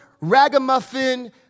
ragamuffin